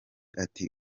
ati